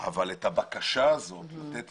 אבל את הבקשה הזאת לתת